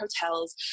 hotels